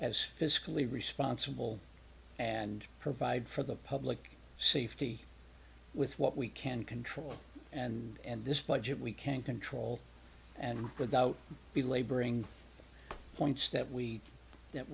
as fiscally responsible and provide for the public safety with what we can control and this budget we can't control and without belaboring points that we that